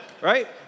right